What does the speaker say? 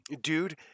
Dude